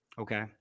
okay